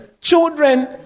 children